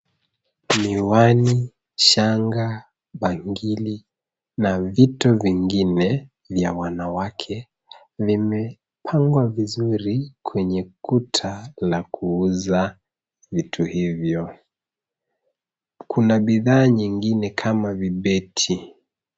Miwani, shanga, bangili na vitu vingine vya wanawake vimepangwa vizuri kwenye kuta la kuuza vitu hivyo. Kuna bidhaa nyingine kama vibeti.